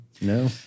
No